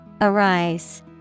Arise